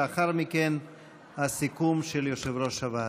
לאחר מכן הסיכום של יושב-ראש הוועדה.